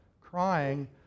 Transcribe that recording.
crying